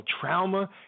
trauma